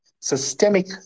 systemic